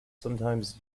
sometimes